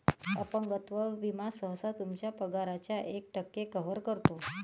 अपंगत्व विमा सहसा तुमच्या पगाराच्या एक टक्के कव्हर करतो